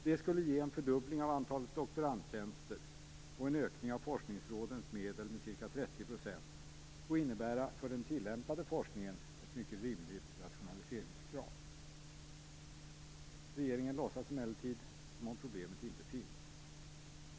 Det skulle ge en fördubbling av antalet doktorandtjänster och en ökning av forskningsrådens medel med ca 30 %. För den tillämpade forskningen skulle det innebära ett mycket rimligt rationaliseringskrav. Regeringen låtsas emellertid som om problemet inte finns.